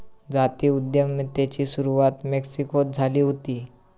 जाती उद्यमितेची सुरवात मेक्सिकोत झाली हुती